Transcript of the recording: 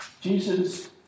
Jesus